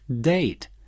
date